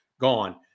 gone